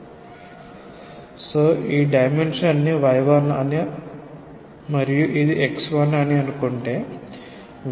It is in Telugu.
కాబట్టి మీరు ఈ డైమెన్షన్ ని y1 అని మరియు ఇది x1 అని అనుకుంటే y1x1tanaxg